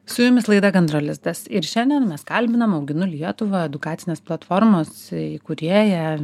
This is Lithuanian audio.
su jumis laida gandro lizdas ir šiandien mes kalbinam auginu lietuvą edukacinės platformos įkūrėją